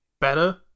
better